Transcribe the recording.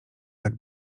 tak